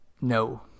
no